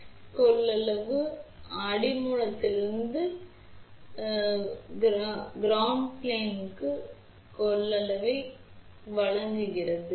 எனவே பேட்ச் கொள்ளளவு மேல் அடி மூலக்கூறிலிருந்து தரை விமானத்திற்கு கொள்ளளவை வழங்குகிறது என்பதை நாங்கள் அறிவோம்